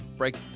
Break